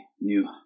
new